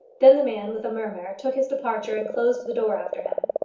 then the man with a murmur took his departure and closed the door after him.